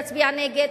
תצביע נגד,